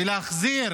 ולהחזיר